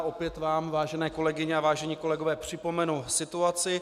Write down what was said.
Opět vám, vážené kolegyně a vážení kolegové, připomenu situaci.